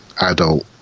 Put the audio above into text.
adult